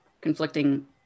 conflicting